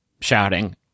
shouting